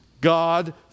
God